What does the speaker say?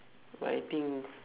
but I think